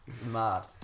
mad